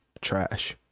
trash